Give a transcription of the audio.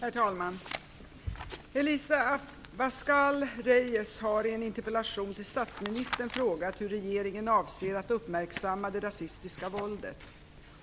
Herr talman! Elisa Abascal Reyes har i en interpellation till statsministern frågat hur regeringen avser att uppmärksamma det rasistiska våldet.